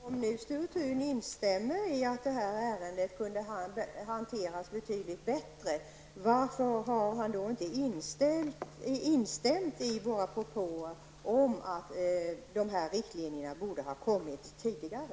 Herr talman! Om nu Sture Thun instämmer i att ärendet kunde ha hanterats betydligt bättre, varför har Sture Thun då inte instämt i våra propåer om att riktlinjerna borde ha kommit tidigare?